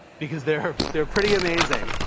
because they're they're pretty amazing.